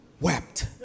wept